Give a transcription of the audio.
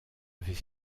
avait